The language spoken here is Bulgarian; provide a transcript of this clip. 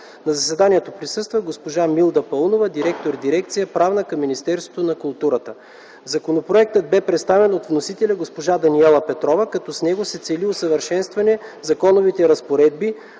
На заседанието присъства госпожа Милда Паунова – директор Дирекция „Правна” към Министерството на културата. Законопроектът бе представен от вносителя госпожа Даниела Петрова, като с него се цели усъвършенстване на законовите разпоредби,